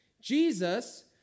Jesus